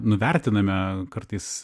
nuvertiname kartais